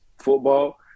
football